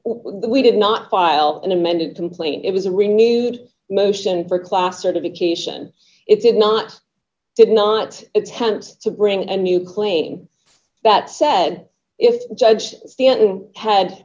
we did not file an amended complaint it was a renewed motion for class certification it did not did not attempt to bring a new claim that said if judge stanton had